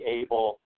able